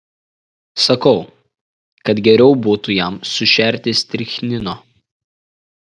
sakau kad geriau būtų jam sušerti strichnino